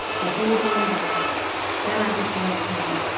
let all boil well then add the sliced tongue.